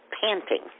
panting